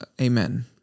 Amen